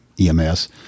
EMS